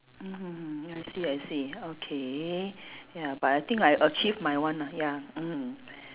mmhmm hmm I see I see okay ya but I think I achieve my one ah ya mm